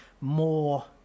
more